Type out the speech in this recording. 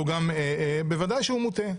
בוודאי שהוא מוטה.